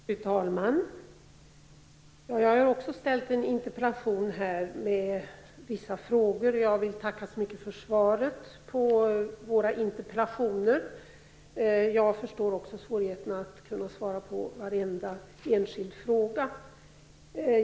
Fru talman! Också jag har ställt en interpellation med vissa frågor. Jag vill tacka så mycket för svaret på interpellationerna. Jag förstår också svårigheterna att svara på varenda enskild fråga.